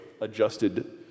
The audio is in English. adjusted